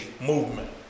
movement